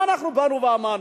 מה אנחנו באנו ואמרנו?